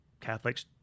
Catholics